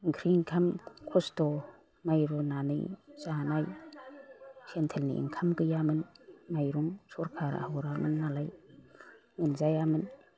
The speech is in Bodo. ओंख्रि ओंखाम खस्थ' माइ रुनानै जानाय सेनट्रेलनि ओंखाम गैयामोन माइरं सरखारा हरामोन नालाय मोनजायामोन